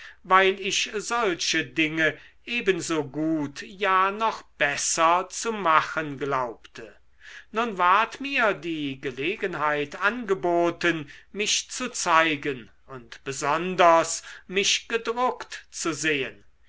weil ich solche dinge ebenso gut ja noch besser zu machen glaubte nun ward mir die gelegenheit angeboten mich zu zeigen und besonders mich gedruckt zu sehen